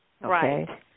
Right